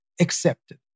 accepted